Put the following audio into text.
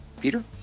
Peter